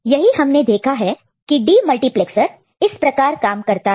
यही हमने देखा की डीमल्टीप्लैक्सर इस प्रकार काम करता है